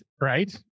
Right